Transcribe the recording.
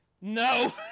No